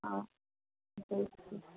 ஆ